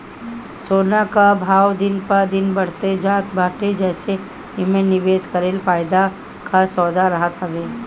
सोना कअ भाव दिन प दिन बढ़ते जात बाटे जेसे एमे निवेश कईल फायदा कअ सौदा रहत हवे